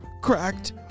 cracked